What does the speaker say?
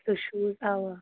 سُہ شوٗز اَوا